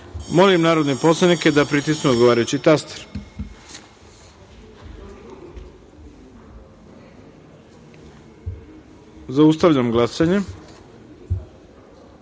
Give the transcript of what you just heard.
narodne poslanike da pritisnu odgovarajući taster. Zaustavljam glasanje: